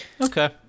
okay